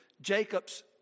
Jacob's